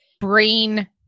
brain